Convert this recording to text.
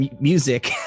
music